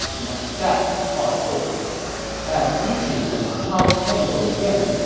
now that's hardcore as xu chu and ma chao tangled again,